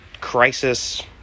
crisis